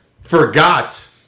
forgot